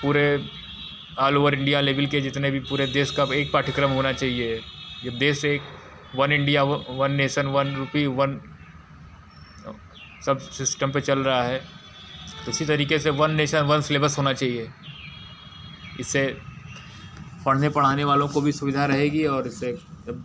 पूरे all over India level के जितने भी पूरे देश का एक पाठ्यक्रम होना चइए यह देश एक वन इंडिया व one nation one rupee one सब सिस्टम पर चल रहा है इसी तरीके से वन नेशन वन सिलेबस होना चाहिए इससे पढ़ने पढ़ाने वालों को भी सुविधा रहेगी और इससे अब